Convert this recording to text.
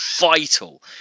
vital